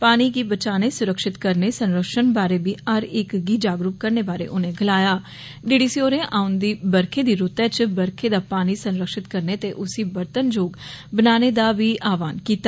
पानी गी बचाने सुरक्षित करने संरक्षण बारै बी हर इक गी जागरूक करने बारे उनें गलाया डी डी सी होरें औन्दी बरखें दी रूतै च बरखै दा पानी संरक्षित करने ते उसी बरतन जोग बनाने दा बी आह्वान कीता